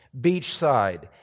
beachside